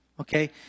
okay